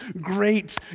great